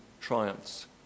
triumphs